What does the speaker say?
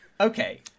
Okay